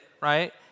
right